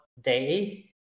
day